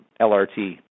LRT